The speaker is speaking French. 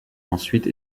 ensuite